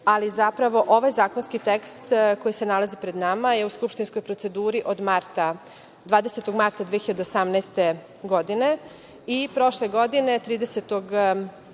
ali zapravo ovaj zakonski tekst koji se nalazi pred nama je u skupštinskoj proceduri od 20. marta 2018. godine i prošle godine 30.